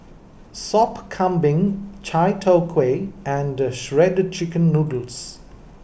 Sop Kambing Chai Tow Kuay and Shredded Chicken Noodles